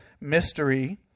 mystery